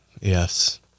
Yes